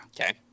Okay